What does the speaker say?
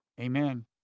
Amen